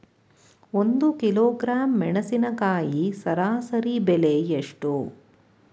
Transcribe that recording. ಒಂದು ಕಿಲೋಗ್ರಾಂ ಮೆಣಸಿನಕಾಯಿ ಸರಾಸರಿ ಬೆಲೆ ಎಷ್ಟು?